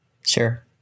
Sure